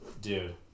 Dude